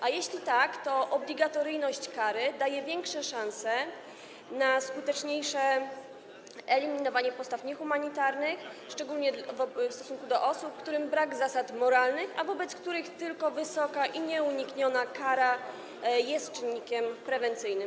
A jeśli tak, to obligatoryjność kary daje większe szanse na skuteczniejsze eliminowanie postaw niehumanitarnych, szczególnie w stosunku do osób, którym brak zasad moralnych, a wobec których tylko wysoka i nieunikniona kara jest czynnikiem prewencyjnym.